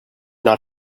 not